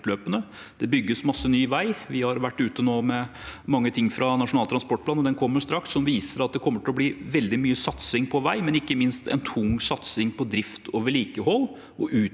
Det bygges masse ny vei. Vi har nå vært ute med mange ting fra Nasjonal transportplan – og den kommer straks – som viser at det kommer til å bli veldig mye satsing på vei, men ikke minst en tung satsing på drift og vedlikehold og utbedring